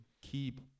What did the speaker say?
keep